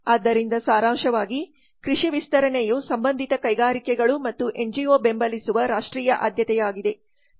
ಆದ್ದರಿಂದ ಸಾರಾಂಶವಾಗಿ ಕೃಷಿ ವಿಸ್ತರಣೆಯು ಸಂಬಂಧಿತ ಕೈಗಾರಿಕೆಗಳು ಮತ್ತು ಎನ್ಜಿಒ ಬೆಂಬಲಿಸುವ ರಾಷ್ಟ್ರೀಯ ಆದ್ಯತೆಯಾಗಿದೆ